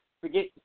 forget